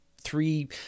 three